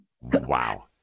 wow